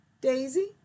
Daisy